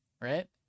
right